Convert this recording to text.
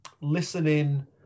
listening